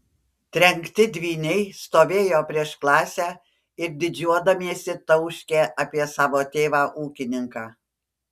trenkti dvyniai stovėjo prieš klasę ir didžiuodamiesi tauškė apie savo tėvą ūkininką